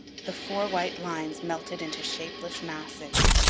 the four white lines melted into shapeless masses.